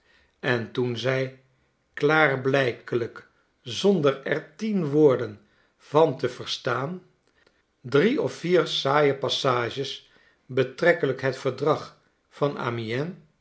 en toen zij klaarblijkelijk zonder er tien woorden van te verstaan drie of vier saaie passages betrekkelijk het verdrag van a